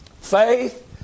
Faith